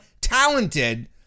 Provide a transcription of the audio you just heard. talented